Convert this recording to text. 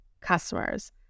customers